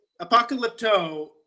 Apocalypto